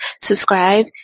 subscribe